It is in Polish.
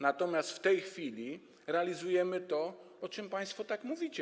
Natomiast w tej chwili realizujemy to, o czym państwo tak mówicie.